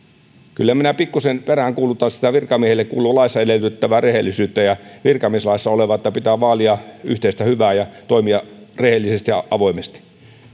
kyllä minä pikkuisen peräänkuulutan sitä virkamiehille kuuluvaa laissa edellytettävää rehellisyyttä ja virkamieslaissa olevaa edellytystä että pitää vaalia yhteistä hyvää ja toimia rehellisesti ja avoimesti